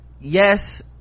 yes